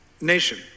nation